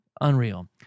Unreal